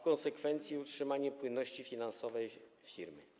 konsekwencji utrzymanie płynności finansowej firmy.